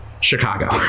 Chicago